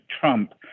trump